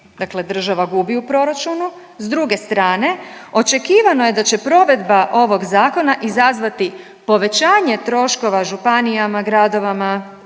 dakle država gubi u proračunu, s druge strane očekivano da će provedba ovog zakona izazvati povećanje troškova županijama, gradovama,